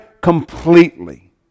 completely